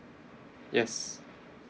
yes